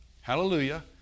Hallelujah